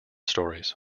stories